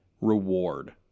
reward